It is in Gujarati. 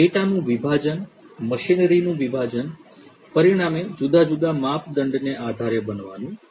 ડેટાનું વિભાજન મશીનરીનું વિભાજન પરિણામે જુદા જુદા માપદંડને આધારે બનવાનું છે